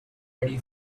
ready